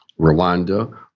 rwanda